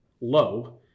low